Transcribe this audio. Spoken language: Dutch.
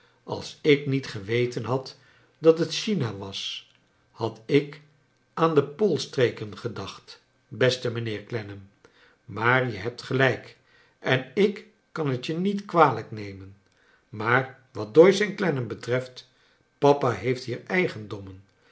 als ik niet geweten had dat het china was had ik aan de poolstreken gedacht beste mijnheer clennam maar je hebt gelijk en ik kan het jc niet kwalijk nemen maar wat doyce en clennam betreft papa heeft hier eigendommen